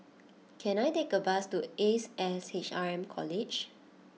can I take a bus to Ace S H R M College